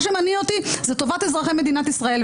מה שמניע אותי זה טובת אזרחי מדינת ישראל,